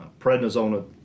prednisone